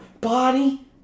body